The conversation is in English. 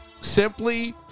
simply